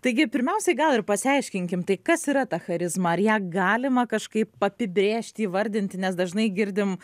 taigi pirmiausiai gal ir pasiaiškinkim kas yra ta charizma ar ją galima kažkaip papibrėžti įvardinti nes dažnai girdim